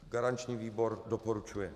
Garanční výbor doporučuje.